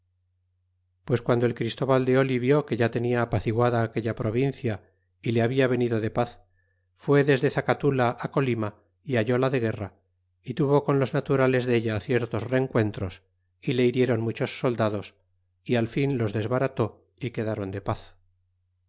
pues guando el christóbal de oli vió que ya tenia apaciguada aquella provincia y le hablan venido de paz fué desde zacatula colima y hallóla de guerra y tuvo con los naturales della ciertos rencuentros y le hirieron muchos soldados y al fin los desbarató y quedron de paz